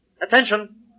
Attention